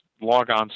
logon